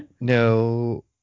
No